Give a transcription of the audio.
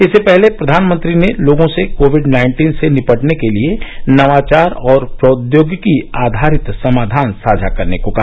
इससे पहले प्रधानमंत्री ने लोगों से कोविड नाइन्टीन से निपटने के लिए नवाचार और प्रौद्योगिकी आधारित समाधान साझा करने को कहा